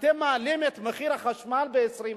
אתם מעלים את מחיר החשמל ב-20%.